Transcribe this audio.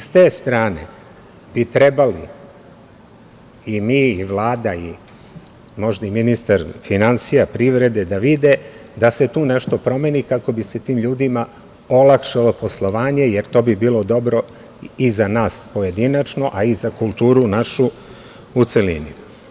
S te strane bi trebali i mi i Vlada, možda i ministar finansija, privrede, da vide da se tu nešto promeni, kako bi se tim ljudima olakšalo poslovanje, jer to bi bilo dobro i za nas pojedinačno, a i za kulturu našu u celini.